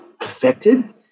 affected